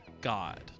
God